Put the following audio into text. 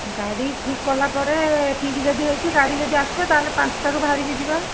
ଗାଡ଼ି ଠିକ୍ କଲା ପରେ ଠିକ୍ ଯଦି ହୋଇଛି ଗାଡ଼ି ଯଦି ଆସିବ ତାହାହେଲ ପାଞ୍ଚଟାରୁ ବାହାରିକି ଯିବା